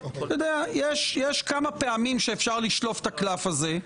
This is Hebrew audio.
יש כמה פעמים שאפשר לשלוף את הקלף הזה,